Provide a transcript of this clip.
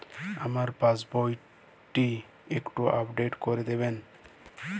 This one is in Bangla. আমার পাসবই টি একটু আপডেট করে দেবেন?